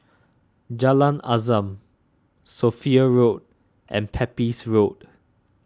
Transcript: Jalan Azam Sophia Road and Pepys Road